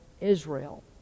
Israel